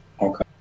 Okay